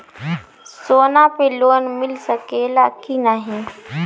सोना पे लोन मिल सकेला की नाहीं?